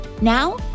Now